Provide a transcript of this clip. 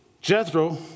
Jethro